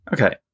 Okay